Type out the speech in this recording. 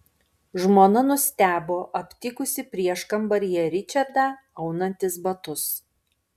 žmona nustebo aptikusi prieškambaryje ričardą aunantis batus